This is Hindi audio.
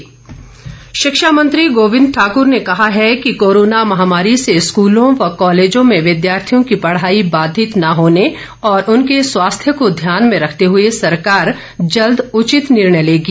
गोविंद ठाकुर शिक्षा मंत्री गोविंद ठाक्र ने कहा है कि कोरोना महामारी से स्कूलों व कॉलेजों में विद्यार्थियों की पढ़ाई बाधित न होने और उनके स्वास्थ्य को ध्यान में रखते हुए सरकार जल्द उचित निर्णय लेगी